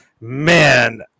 Man